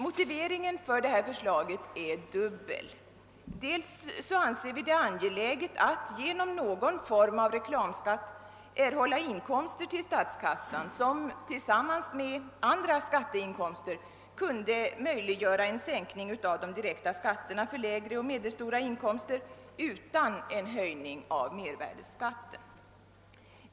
Motiveringen för detta förslag är dubbel. Dels anser vi det angeläget att genom någon form av reklamskatt erhålla inkomster till statskassan, som tillsammans med andra skatteinkomster kunde möjliggöra en sänkning av de direkta skatterna för lägre och medelstora inkomster utan en höjning av mervärdeskatten.